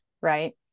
Right